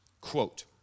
quote